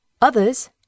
Others